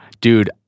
Dude